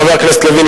את חבר הכנסת לוין,